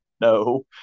No